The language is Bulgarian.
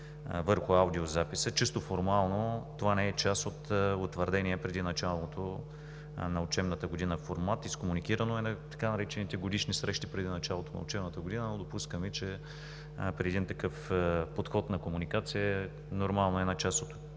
върху аудиозаписа – чисто формално, това не е част от утвърдения преди началото на учебната година формат, изкомуникирано е на така наречените годишни срещи преди началото на учебната година, но допускаме, че при един такъв подход на комуникация е нормално до една част от